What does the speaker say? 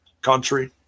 country